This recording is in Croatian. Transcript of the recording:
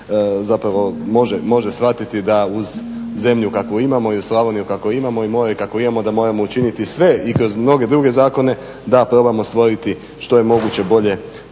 pogodi može shvatiti uz zemlju kakvu imamo i u Slavoniju kakvu imamo i u more kakvo imamo da moramo učiniti sve i kroz mnoge druge zakone da probamo stvoriti što je moguće bolje